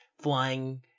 flying